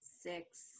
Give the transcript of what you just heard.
six